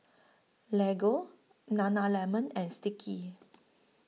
Lego Nana Lemon and Sticky